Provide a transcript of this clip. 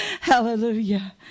Hallelujah